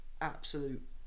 absolute